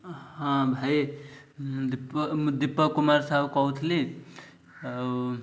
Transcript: ହଁ ଭାଇ ଦୀପ ମୁଁ ଦୀପକ କୁମାର ସାହୁ କହୁଥିଲି ଆଉ